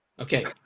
Okay